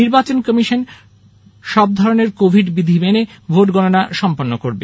নির্বাচন কমিশন সবরকমের কোভিড বিধি মেনে ভোট গণনা সম্পন্ন করবে